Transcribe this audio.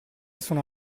sono